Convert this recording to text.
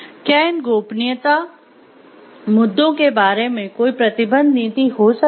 क्या इन गोपनीयता मुद्दों के बारे में कोई प्रबंधन नीति हो सकती है